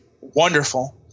wonderful